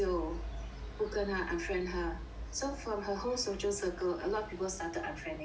不跟他 unfriend 他 so from her whole social circle a lot of people started unfriending her